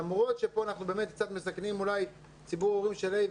למרות שפה אנחנו קצת מסכנים אולי ציבור הורים של ה',